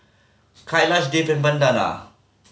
Kailash Dev and Vandana